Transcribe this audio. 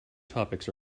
topics